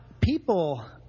people